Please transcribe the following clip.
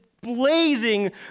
blazing